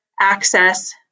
access